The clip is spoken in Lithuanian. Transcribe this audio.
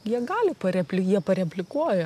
jie gali parepli jie pareplikuoja